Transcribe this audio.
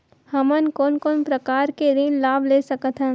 हमन कोन कोन प्रकार के ऋण लाभ ले सकत हन?